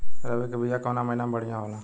रबी के बिया कवना महीना मे बढ़ियां होला?